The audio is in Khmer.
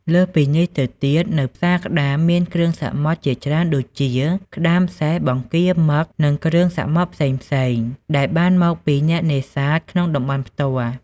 លើសពីនេះទៅទៀតនៅផ្សារក្តាមមានគ្រឿងសមុទ្រជាច្រើនដូចជា ក្ដាមសេះ បង្គា មឹក និងគ្រឿងសមុទ្រផ្សេងៗ ដែលបានមកពីអ្នកនេសាទក្នុងតំបន់ផ្ទាល់។